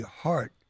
heart